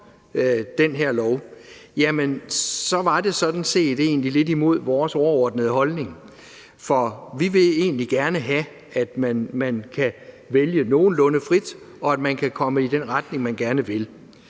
den her lov, var det sådan set lidt imod vores overordnede holdning, for vi vil egentlig gerne have, at man kan vælge nogenlunde frit, og at man kan komme i den retning, man gerne vil.